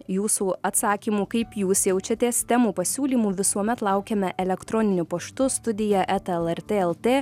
jūsų atsakymų kaip jūs jaučiatės temų pasiūlymų visuomet laukiame elektroniniu paštu studija eta lrt lt